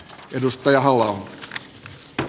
edustaja halla aho